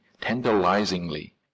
tantalizingly